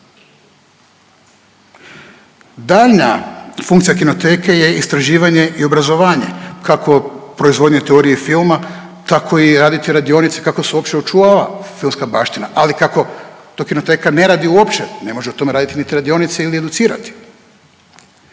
Daljnja funkcija Kinoteke je istraživanje i obrazovanje, kakvo proizvodnje teorije i filma tako i raditi radionice kako se uopće očuvala filmska baština, ali kako to Kinoteka uopće, ne može o tome raditi niti radionice ili educirati.